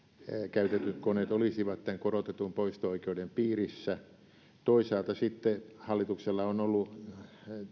käytetyt koneet olisivat tämän korotetun poisto oikeuden piirissä toisaalta sitten hallituksella on ollut